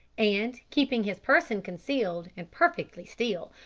and, keeping his person concealed and perfectly still,